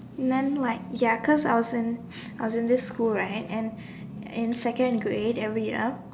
then like ya cause I was in I was in this school right and and second grade every year